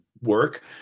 work